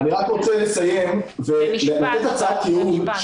אני רק רוצה לסיים ולתת הצעת ייעול,